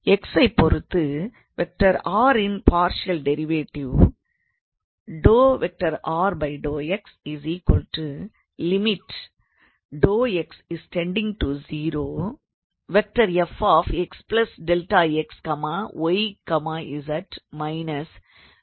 x ஐ பொறுத்து 𝑟⃗ இன் பார்ஷியல் டிரைவேட்டிவ் என வரையறுக்கலாம்